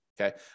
okay